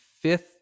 fifth